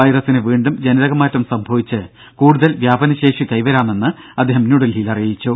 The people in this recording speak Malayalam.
വൈറസിന് വീണ്ടും ജനിതകമാറ്റം സംഭവിച്ച് കൂടുതൽ വ്യാപനശേഷി കൈവരാമെന്ന് അദ്ദേഹം ന്യൂഡൽഹിയിൽ അറിയിച്ചു